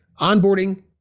onboarding